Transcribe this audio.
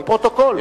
בפרוטוקול.